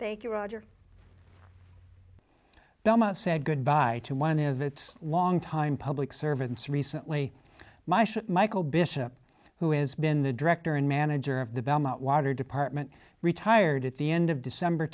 thank you roger delma said goodbye to one of its longtime public servants recently my shit michael bishop who has been the director and manager of the bam out water department retired at the end of december